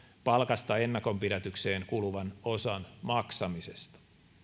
palkasta ennakonpidätykseen kuluvan osan maksamisesta